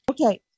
Okay